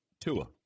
Tua